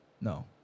No